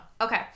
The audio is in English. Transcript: Okay